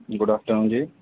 good afternoon ਜੀ